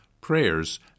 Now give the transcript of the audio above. prayers